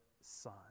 son